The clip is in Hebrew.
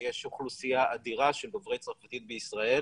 ויש אוכלוסייה אדירה של דוברי צרפתית בישראל